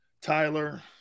Tyler